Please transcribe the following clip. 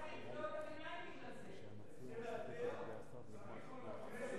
לא, הפסקתי את קריאות הביניים בגלל זה.